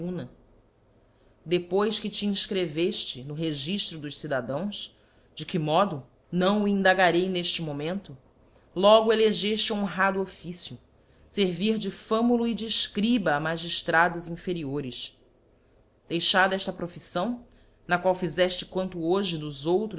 fortuna depois que te infcrevefte no regifto dos cidadãos de que modo não o indagarei nefte momento logo elegefte honrado officio fervir de fâmulo e de efcriba a magiíkados inferiores deixada efta profiítão na qual íizefte quanto hoje nos outros